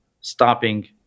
stopping